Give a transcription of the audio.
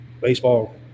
baseball